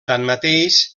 tanmateix